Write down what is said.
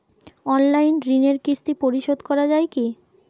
Online ঋণের কিস্তি পরিশোধ করা যায় কি?